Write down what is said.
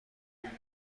اعمال